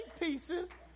pieces